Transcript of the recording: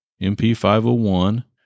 mp501